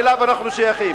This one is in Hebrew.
אלה אחים שלכם.